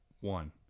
one